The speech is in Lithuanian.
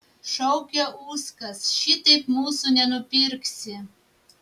šaukė uskas šitaip mūsų nenupirksi